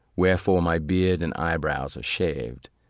wherefore my beard and eye-brows are shaved,